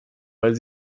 weil